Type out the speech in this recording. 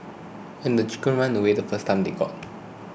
and the chickens ran away the first time they got